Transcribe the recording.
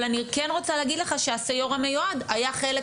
אבל אני כן רוצה להגיד לך שהסיו"ר המיועד היה חלק